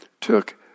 took